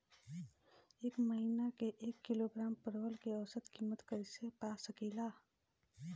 एक महिना के एक किलोग्राम परवल के औसत किमत कइसे पा सकिला?